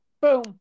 Boom